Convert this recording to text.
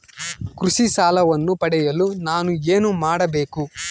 ಕೃಷಿ ಸಾಲವನ್ನು ಪಡೆಯಲು ನಾನು ಏನು ಮಾಡಬೇಕು?